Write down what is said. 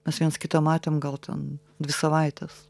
mes vienas kitą matėm gal ten dvi savaites